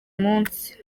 munsi